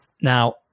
Now